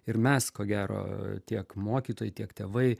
ir mes ko gero tiek mokytojai tiek tėvai